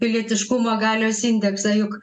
pilietiškumo galios indeksą juk